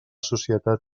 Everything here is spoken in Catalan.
societat